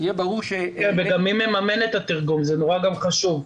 וגם מי מממן את התרגום, זה נורא חשוב,